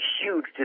huge